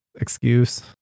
Excuse